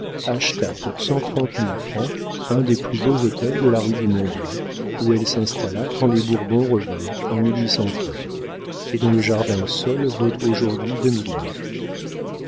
acheta pour cent trente mille francs un des plus beaux hôtels de la rue du mont-blanc où elle s'installa quand les bourbons revinrent en et dont le jardin seul vaut aujourd'hui